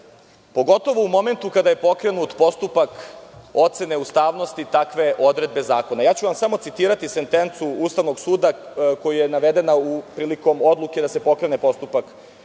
pogotovo u momentu kada je pokrenut postupak ocene ustavnosti takve odredbe zakona. Citiraću vam sentencu Ustavnog suda koja je navedena prilika odluke da se pokrene postupak za ocenu